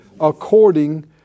According